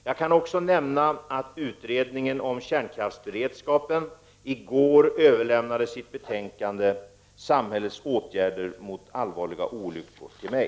Jag kan också nämna att utredningen om kärnkraftsberedskapen i går överlämnade sitt betänkande Samhällets åtgärder mot allvarliga olyckor till mig.